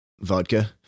vodka